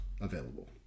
available